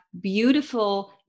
beautiful